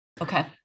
Okay